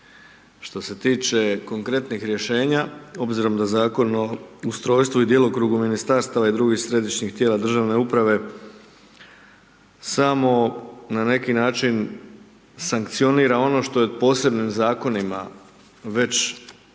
Što se tiče konkretnih rješenja obzirom da Zakon o ustrojstvu i djelokrugu ministarstava i drugih središnjih tijela državne uprave samo na neki način sankcionira ono što je posebnim zakonima već ili